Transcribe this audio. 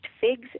figs